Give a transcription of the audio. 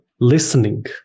listening